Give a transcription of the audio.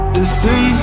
Listen